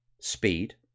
Speed